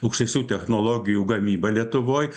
aukštesnių technologijų gamyba lietuvoj